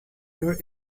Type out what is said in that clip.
your